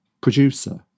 producer